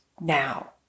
now